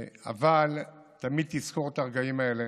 אבל תמיד תזכור את הרגעים האלה